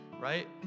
right